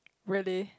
really